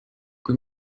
kui